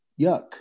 Yuck